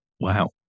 Wow